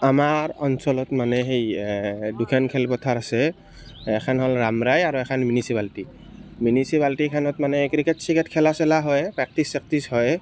আমাৰ অঞ্চলত মানে সেই দুখন খেলপথাৰ আছে এখন হ'ল ৰাম ৰায় আৰু এখন হ'ল মিউনিচিপালটি মিউনিচিপালটিখনত মানে ক্ৰিকেট স্ৰিকেট খেলা চেলা হয় প্ৰেক্টিচ চেকটিচ হয়